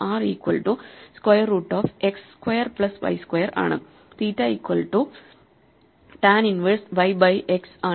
R equal to square root of X square plus y square ആണ് തീറ്റ equal to tan inverse Y by X ആണ്